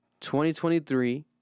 2023